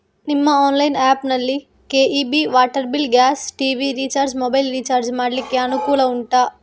ನಿಮ್ಮ online app ನಲ್ಲಿ KEB, water bill, gas, TV recharge, mobile recharge ಮಾಡ್ಲಿಕ್ಕೆ ಅನುಕೂಲ ಉಂಟಾ